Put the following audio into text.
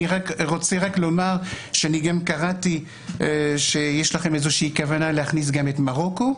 אני רוצה רק לומר שגם קראתי שיש לכם כוונה להכניס גם את מרוקו.